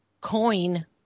coin